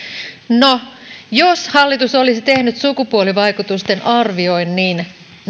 no jos hallitus olisi tehnyt sukupuolivaikutusten arvioinnin